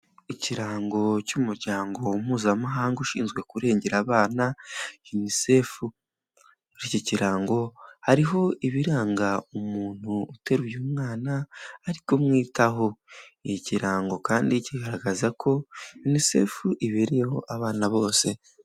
Ikirango cy'umuryango mpuzamahanga ushinzwe kurengera abana yunisefu, iki kirango hariho ibiranga umuntu uteruye mwana ari kumwitaho, iki kirango kandi kigaragaza ko yunisefu ibereyeho abana bose.